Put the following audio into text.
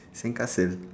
sandcastle